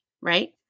right